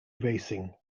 racing